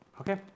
Okay